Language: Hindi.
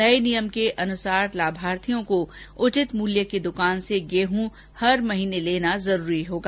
नये नियम के अनुसार लाभार्थियों को उचित मूल्य की द्वकान से गेहूं प्रतिमाह लेना जरूरी होगा